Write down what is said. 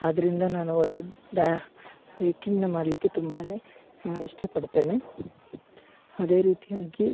ಆದ್ದರಿಂದ ನಾನು ಒಂದು ಬ್ಯಾ ಬೈಕಿಂಗ್ನ ಮಾಡಲಿಕ್ಕೆ ತುಂಬಾನೇ ಇಷ್ಟಪಡ್ತೇನೆ ಅದೇ ರೀತಿಯಾಗಿ